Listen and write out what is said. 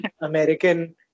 American